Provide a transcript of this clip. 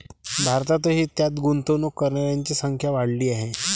भारतातही त्यात गुंतवणूक करणाऱ्यांची संख्या वाढली आहे